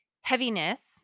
heaviness